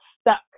stuck